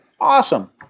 awesome